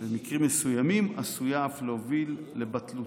ובמקרים מסוימים עשויה אף להוביל לבטלותה.